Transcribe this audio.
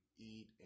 eat